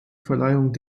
verleihung